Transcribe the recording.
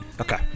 Okay